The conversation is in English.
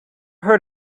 heard